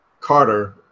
Carter